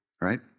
right